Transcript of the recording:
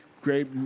great